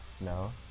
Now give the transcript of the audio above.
No